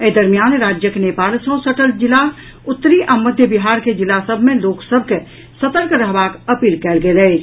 एहि दरमियान राज्यक नेपाल सँ सटल जिला उत्तरी आ मध्य बिहार के जिला सभ मे लोक सभ के सतर्क रहबाक अपील कयल गेल अछि